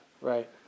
Right